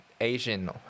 asian